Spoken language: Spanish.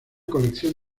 colección